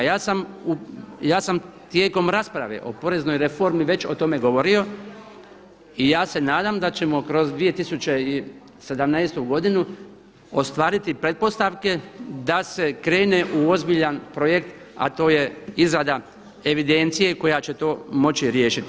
Ja sam tijekom rasprave o poreznoj reformi već o tome govorio i ja se nadam da ćemo kroz 2017. godinu ostvariti pretpostavke da se krene u ozbiljan projekt a to je izrada evidencije koja će to moći riješiti.